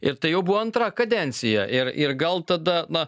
ir tai jau buvo antra kadencija ir ir gal tada na